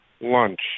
Lunch